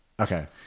okay